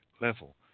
level